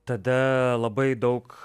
tada labai daug